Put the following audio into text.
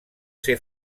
ser